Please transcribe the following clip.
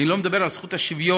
אני לא מדבר על זכות השוויון,